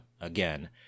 again